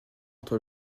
entre